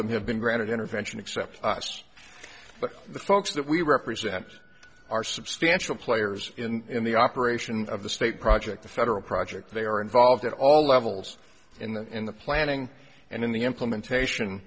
them have been granted intervention except us but the folks that we represent are substantial players in the operation of the state project the federal project they are involved at all levels in the in the planning and in the implementation